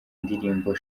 indirimbo